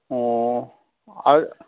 ꯑꯣ ꯑꯗꯨ